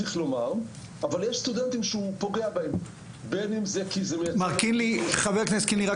אבל יש סטודנטים שהוא פוגע בהם --- חבר הכנסת קינלי,